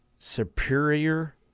Superior